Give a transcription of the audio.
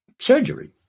surgery